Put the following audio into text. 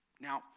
Now